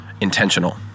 intentional